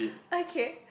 okay